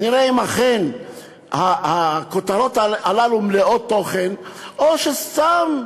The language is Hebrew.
ונראה אם אכן הכותרות הללו מלאות תוכן או שסתם,